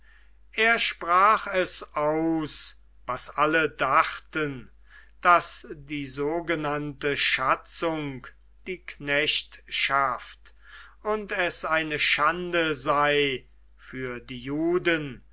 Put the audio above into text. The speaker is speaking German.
er sprach es aus was alle dachten daß die sogenannte schatzung die knechtschaft und es eine schande sei für den juden